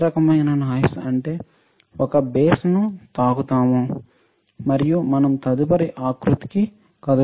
ఏ రకమైన నాయిస్ అంటే మన బేస్ ను తాకుతాము మరియు మనం తదుపరి ఆకృతికి కదులుతాము